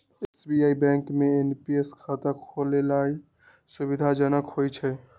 SBI bank में NPS खता खोलेनाइ सुविधाजनक होइ छइ